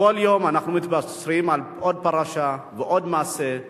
וכל יום אנחנו מתבשרים על עוד פרשה ועוד מעשה.